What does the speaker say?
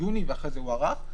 יוני ואחרי זה הוארך.